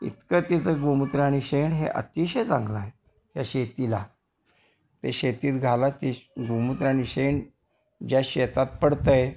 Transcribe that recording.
इतकं तिचं गोमूत्र आणि शेण हे अतिशय चांगलं आहे या शेतीला ते शेतीत घाला ते श गोमूत्र आणि शेण ज्या शेतात पडतं आहे